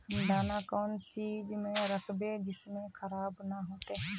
हम दाना कौन चीज में राखबे जिससे खराब नय होते?